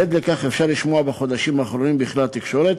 והד לכך אפשר לשמוע בחודשים האחרונים בכלי התקשורת.